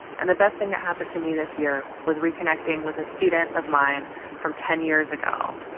and the best thing that happened to me this year was reconnecting with a student of mine from ten years ago.